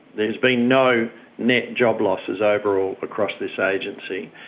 there's been no net job losses overall across this agency.